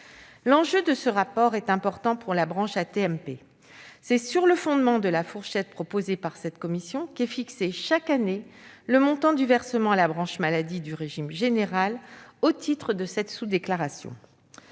L'enjeu de ce rapport est pourtant important pour la branche AT-MP, car c'est sur le fondement de la fourchette proposée par cette commission qu'est fixé, chaque année, le montant du versement à la branche maladie du régime général au titre de cette sous-déclaration.